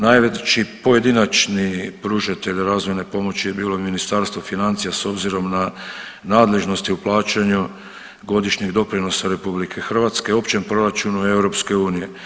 Najveći pojedinačni pružatelj razvojne pomoći je bilo Ministarstvo financija s obzirom na nadležnosti u plaćaju godišnjeg doprinosa RH opće proračunu EU.